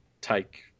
take